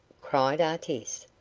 cried artis.